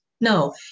no